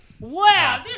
Wow